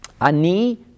Ani